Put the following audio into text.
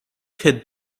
could